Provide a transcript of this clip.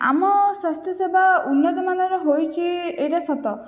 ଆମ ସ୍ୱାସ୍ଥ୍ୟସେବା ଉନ୍ନତମାନର ହୋଇଛି ଏଇଟା ସତ